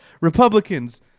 republicans